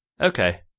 okay